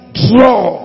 draw